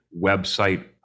website